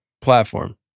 platform